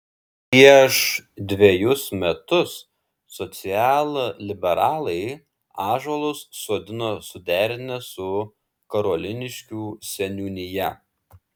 prieš dvejus metus socialliberalai ąžuolus sodino suderinę su karoliniškių seniūnija